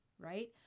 Right